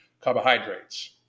carbohydrates